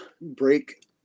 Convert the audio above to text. break